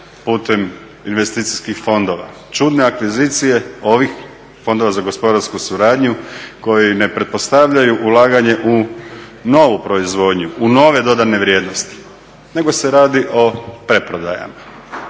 putem investicijskih fondova, čudne akvizicije ovih fondova za gospodarsku suradnju koji ne pretpostavljaju ulaganje u novu proizvodnju, u nove dodane vrijednosti nego se radi o preprodajama